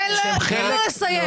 תני לו לסיים.